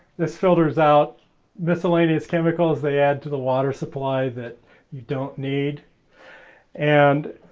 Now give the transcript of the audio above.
this filters out miscellaneous chemicals they add to the water supply that you don't need and